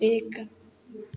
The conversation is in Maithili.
एक